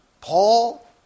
Paul